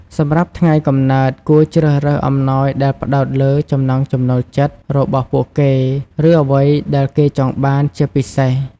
សម្រាប់ថ្ងៃកំណើត គួរជ្រើសរើសអំណោយដែលផ្តោតលើ ចំណង់ចំណូលចិត្ត របស់ពួកគេ ឬ អ្វីដែលគេចង់បាន ជាពិសេស។